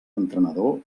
entrenador